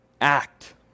act